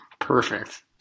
Perfect